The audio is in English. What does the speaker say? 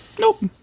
nope